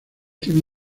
tienen